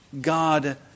God